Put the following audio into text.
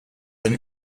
than